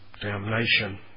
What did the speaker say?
damnation